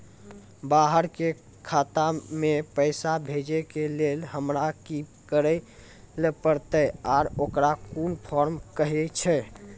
बाहर के खाता मे पैसा भेजै के लेल हमरा की करै ला परतै आ ओकरा कुन फॉर्म कहैय छै?